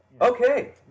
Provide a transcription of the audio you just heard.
Okay